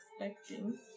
expecting